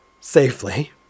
safely